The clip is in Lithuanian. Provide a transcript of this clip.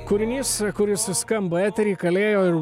kūrinys kuris skamba etery kalėjo ir